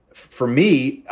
for me,